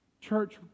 Church